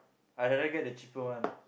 I rather get the cheaper one